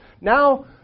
now